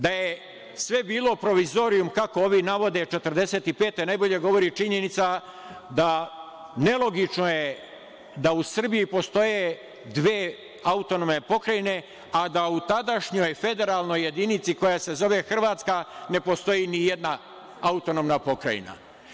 Da je sve bilo provizorijum, kako ovi navode 1945, najbolje govori činjenica da je nelogično da u Srbiji postoje dve autonomne pokrajine, a da u tadašnjoj federalnoj jedinici koja se zove Hrvatska ne postoji nijedna autonomna pokrajina.